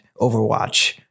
overwatch